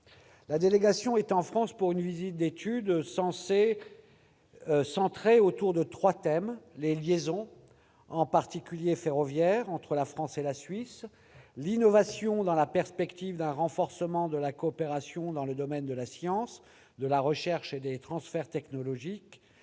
La délégation est en France pour une visite d'étude, centrée autour de trois thèmes : les liaisons, en particulier ferroviaires, entre la France et la Suisse, ... Ah ... C'est un sujet, en effet. ... l'innovation, dans la perspective d'un renforcement de la coopération dans les domaines de la science, de la recherche et des transferts technologiques